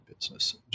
business